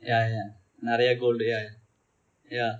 ya ya நிரைய:niraiya gold ya ya ya